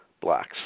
blacks